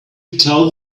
tell